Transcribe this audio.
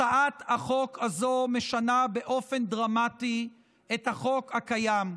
הצעת החוק הזו משנה באופן דרמטי את החוק הקיים.